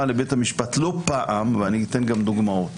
לבית המשפט לא פעם ואני אתן גם דוגמאות